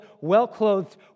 well-clothed